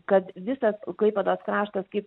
kad visas klaipėdos kraštas kaip